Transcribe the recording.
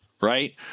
Right